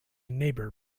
neighbor